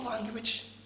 language